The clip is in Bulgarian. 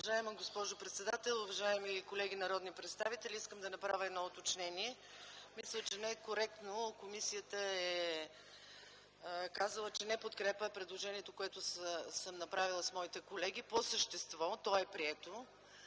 Уважаема госпожо председател, уважаеми колеги народни представители! Искам да направя едно уточнение. Мисля, че не е коректно: комисията е казала, че не подкрепя предложението, което съм направила с моите колеги. По същество то е прието,